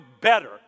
better